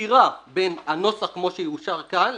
סתירה בין הנוסח כמו שיאושר כאן,